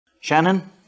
Shannon